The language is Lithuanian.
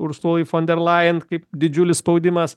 ursulai fonderlajan kaip didžiulis spaudimas